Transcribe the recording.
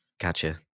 gotcha